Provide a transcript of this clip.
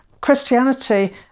Christianity